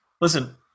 Listen